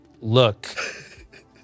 look